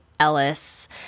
ellis